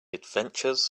adventures